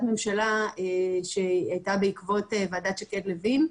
ממשלה שהייתה בעקבות ועדת שקד-לוין,